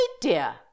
dear